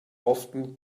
often